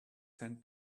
sent